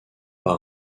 par